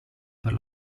per